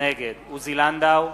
נגד עוזי לנדאו,